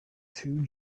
two